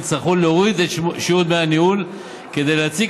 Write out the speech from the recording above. יצטרכו להוריד את שיעורי דמי הניהול כדי להציג